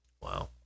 Wow